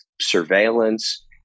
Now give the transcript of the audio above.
surveillance